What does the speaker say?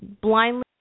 blindly